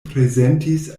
prezentis